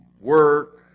work